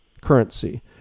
currency